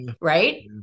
right